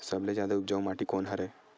सबले जादा उपजाऊ माटी कोन हरे?